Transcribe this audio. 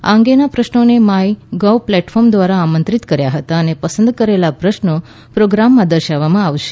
આ અંગેના પ્રશ્નોને માયગોવ પ્લેટફોર્મ દ્વારા આમંત્રિત કર્યા હતા અને પસંદ કરેલા પ્રશ્નો પ્રોગ્રામમાં દર્શાવવામાં આવશે